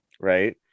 right